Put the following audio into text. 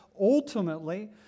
ultimately